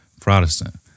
Protestant